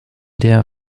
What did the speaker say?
der